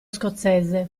scozzese